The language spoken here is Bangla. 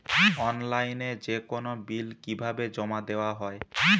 অনলাইনে যেকোনো বিল কিভাবে জমা দেওয়া হয়?